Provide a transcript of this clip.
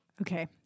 Okay